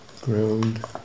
ground